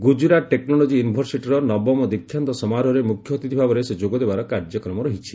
Gujarat technology ୟୁନିଭରସିଟିର ନବମ ଦିକ୍ଷାନ୍ତ ସମାରୋହରେ ମୁଖ୍ୟ ଅତିଥି ଭାବରେ ସେ ଯୋଗଦେବାର କାର୍ଯ୍ୟକ୍ରମ ରହିଛି